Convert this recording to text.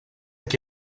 qui